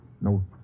no